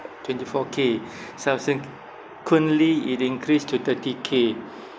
twenty four K so I think currently it increase to thirty K